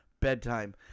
bedtime